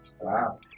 Wow